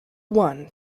one